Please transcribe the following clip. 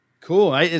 Cool